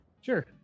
sure